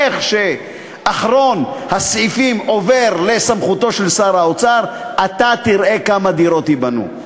איך שאחרון הסעיפים עובר לסמכותו של שר האוצר אתה תראה כמה דירות ייבנו.